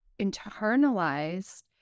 internalized